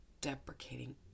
deprecating